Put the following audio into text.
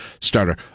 starter